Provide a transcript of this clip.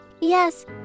Yes